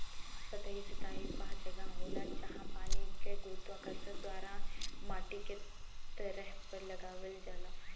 सतही सिंचाई वह जगह होला, जहाँ पानी के गुरुत्वाकर्षण द्वारा माटीके सतह पर लगावल जाला